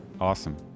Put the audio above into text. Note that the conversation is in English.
Awesome